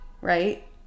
right